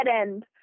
end